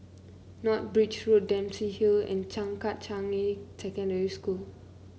North Bridge Road Dempsey Hill and Changkat Changi Secondary School